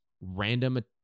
random